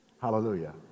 Hallelujah